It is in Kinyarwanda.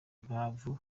impamvu